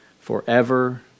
forever